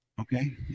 okay